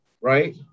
right